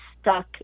stuck